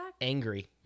angry